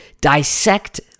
dissect